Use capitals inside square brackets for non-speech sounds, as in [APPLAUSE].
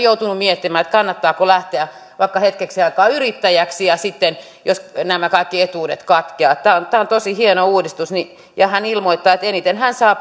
[UNINTELLIGIBLE] joutunut miettimään että kannattaako lähteä vaikka hetkeksi aikaa yrittäjäksi jos nämä kaikki etuudet katkeavat tämä on tämä on tosi hieno uudistus hän ilmoittaa että eniten hän saa [UNINTELLIGIBLE]